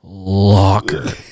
locker